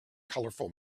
colorful